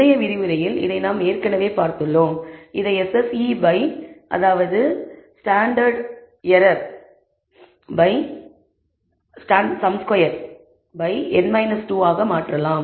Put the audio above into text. முந்தைய விரிவுரையில் இதை நாம் ஏற்கனவே பார்த்துள்ளோம் இதை SSEn 2 ஆக மாற்றலாம்